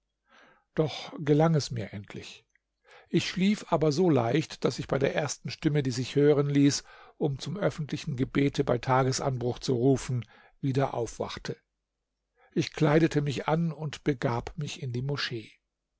doch gelang es mir endlich ich schlief aber so leicht daß ich bei der ersten stimme die sich hören ließ um zum öffentlichen gebete bei tagesanbruch zu rufen wieder aufwachte ich kleidete mich an und begab mich in die moschee